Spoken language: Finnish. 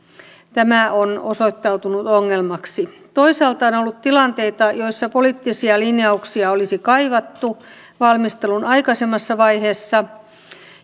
tämä on osoittautunut ongelmaksi toisaalta on on ollut tilanteita joissa poliittisia linjauksia olisi kaivattu valmistelun aikaisemmassa vaiheessa